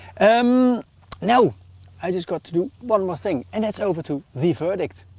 um now i just got to do one more thing. and it's over to the verdict.